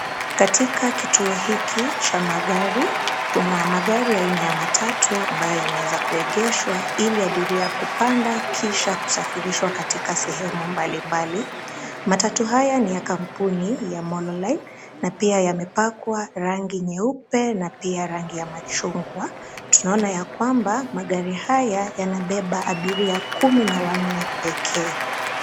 Katika kituo hiki cha magari, kuna magari aina ya matatu ambayo yameweza kuegeshwa ili abiria kupanda Kisha kusafirishwa katika sehemu mbalimbali. Matatu haya ni ya kampuni ya Molo line, pia yamepakwa rangi nyeupe na pia rangi ya machungwa, tunaona yakwamba magari haya yanabeba abiria kumi na wanne pekee.